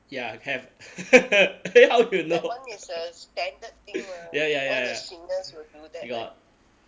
ya have eh how you know ya ya ya got